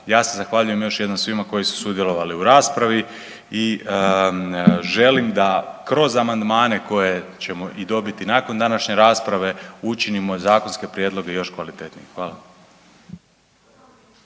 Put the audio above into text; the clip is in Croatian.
Ja se zahvaljujem još jednom svima koji su sudjelovati u raspravi i želim da kroz amandmane koje ćemo i dobiti nakon današnje rasprave učinimo zakonske prijedloge još kvalitetnijim. Hvala.